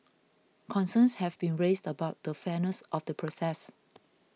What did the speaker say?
concerns have been raised about the fairness of the process